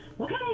okay